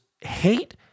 hate